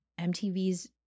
MTV's